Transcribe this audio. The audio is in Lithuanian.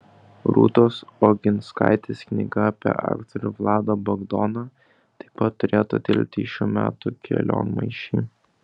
rūtos oginskaitės knyga apie aktorių vladą bagdoną taip pat turėtų tilpti į šių metų kelionmaišį